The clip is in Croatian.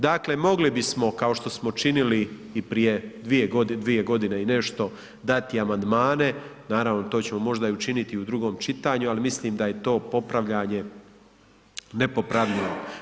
Dakle, mogli bismo kao što smo činili i prije dvije godine i nešto dati amandmane, naravno to ćemo možda i učiniti u drugom čitanju, ali mislim da je to popravljanje nepopravljivog.